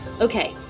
Okay